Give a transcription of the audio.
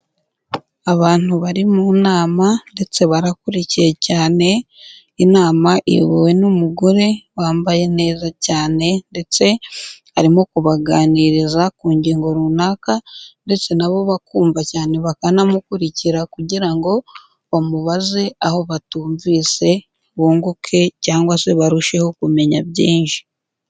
Abantu bari mu nama ndetse barakurikiye cyane, inama iyobowe n'umugore wambaye neza cyane ndetse arimo kubaganiriza ku ngingo runaka ndetse nabo bakumva cyane, bakanamukurikira kugira ngo bamubaze aho batumvise bunguke cyangwa se barusheho kumenya byinshi.